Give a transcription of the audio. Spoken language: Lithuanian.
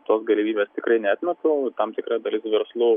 tos galimybės tikrai neatmetu tam tikra dalis verslų